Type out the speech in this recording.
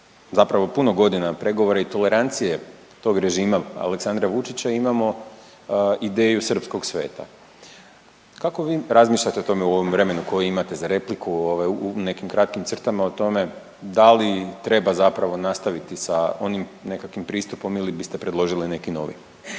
zapravo puno godina pregovora i tolerancije tog režima Aleksandra Vučića imamo ideju srpskog sveta. Kako vi razmišljate o tome u ovom vremenu koji imate za repliku u nekim kratkim crtama o tome da li treba zapravo nastaviti sa onim nekakvim pristupom ili biste predložili neki novi?